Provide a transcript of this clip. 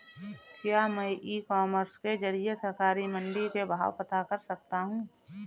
क्या मैं e-commerce के ज़रिए सरकारी मंडी के भाव पता कर सकता हूँ?